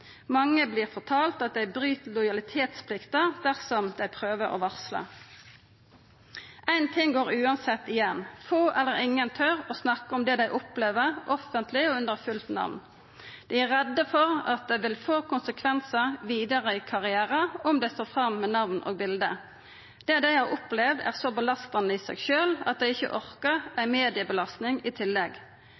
Mange vert fortalde at dei bryt lojalitetsplikta dersom dei prøver å varsla. Ein ting går uansett igjen: Få eller ingen tør å snakka om det dei opplever, offentleg og under fullt namn. Dei er redde for at det vil få konsekvensar vidare i karrieren om dei står fram med namn og bilde. Det dei har opplevd, er så belastande i seg sjølv at dei ikkje orkar ei mediebelastning i tillegg.